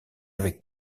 avec